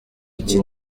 iki